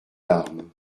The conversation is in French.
larmes